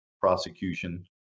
prosecution